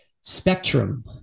spectrum